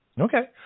Okay